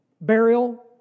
burial